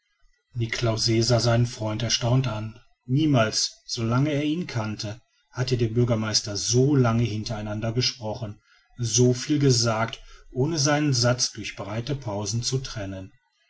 niklausse sah seinen freund erstaunt an niemals so lange er ihn kannte hatte der bürgermeister so lange hinter einander gesprochen so viel gesagt ohne seine sätze durch breite pausen zu trennen